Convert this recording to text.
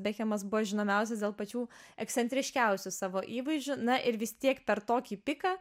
bekhemas buvo žinomiausias dėl pačių ekscentriškiausių savo įvaizdžių na ir visi tiek per tokį piką